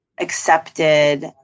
accepted